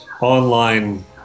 online